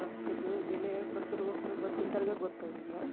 ರೊಕ್ಕದು ಬೆಲೆ ಗೊತ್ತಿರಬೇಕು ಗೊತ್ತಿದ್ದರ್ಗ ಗೊತ್ತು ಅದ ಈಗ